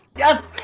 Yes